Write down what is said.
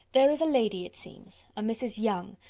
there is a lady, it seems, a mrs. younge,